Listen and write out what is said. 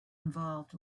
involved